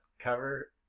Cover